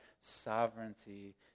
sovereignty